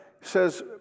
says